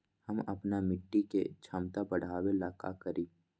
हम अपना मिट्टी के झमता बढ़ाबे ला का करी?